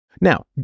now